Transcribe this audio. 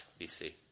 BC